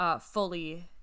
Fully